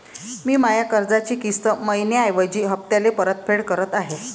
मी माया कर्जाची किस्त मइन्याऐवजी हप्त्याले परतफेड करत आहे